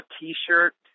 T-shirt